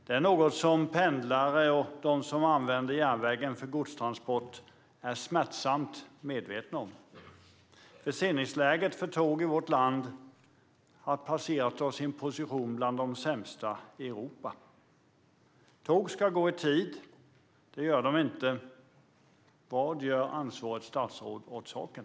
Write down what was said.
Det är något som pendlare och de som använder järnvägen för godstransport är smärtsamt medvetna om. Förseningsläget för tåg i vårt land placeras och tar sin position bland de sämsta i Europa. Tåg ska gå i tid. Det gör de inte. Vad gör ansvarigt statsråd åt saken?